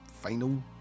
final